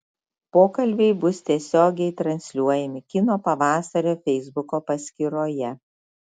pokalbiai bus tiesiogiai transliuojami kino pavasario feisbuko paskyroje